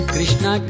Krishna